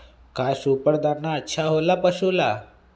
का सुपर दाना अच्छा हो ला पशु ला?